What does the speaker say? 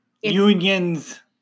unions